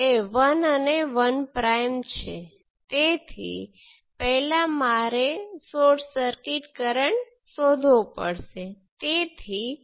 current સોર્સમાંથી જે પણ કરંટ વહે છે જે I1 2 મિલિસિમેન્સ × Vx છે અને આ સર્કિટમાં તમે જુઓ છો કે Vx બરાબર V1 કારણ કે અહીંનું વોલ્ટેજ V1 છે